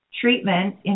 treatment